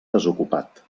desocupat